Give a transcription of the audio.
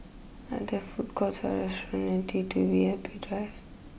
are there food courts or restaurants near T two V I P Drive